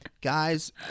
guys